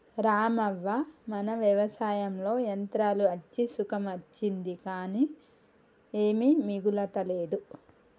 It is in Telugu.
రామవ్వ మన వ్యవసాయంలో యంత్రాలు అచ్చి సుఖం అచ్చింది కానీ ఏమీ మిగులతలేదు